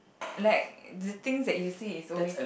like the things that you say is always